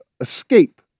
Escape